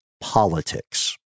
politics